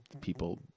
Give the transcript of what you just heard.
people